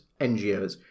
NGOs